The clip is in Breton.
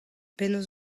penaos